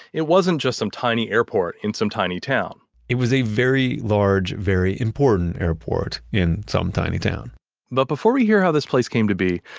it wasn't just some tiny airport in some tiny town it was a very large, very important airport in some tiny town but before we hear how this place came to be,